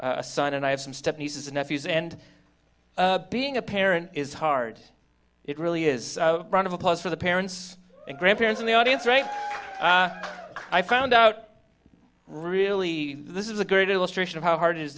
a son and i have some step nieces and nephews and being a parent is hard it really is round of applause for the parents and grandparents in the audience right i found out really this is a great illustration of how hard it is